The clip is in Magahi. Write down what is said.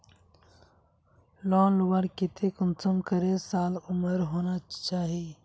लोन लुबार केते कुंसम करे साल उमर होना चही?